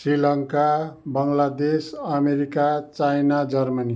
Sri Lanka Bangladesh America China Germany